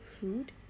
food